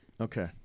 Okay